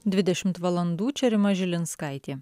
dvidešimt valandų čia rima žilinskaitė